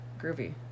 Groovy